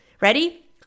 Ready